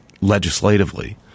legislatively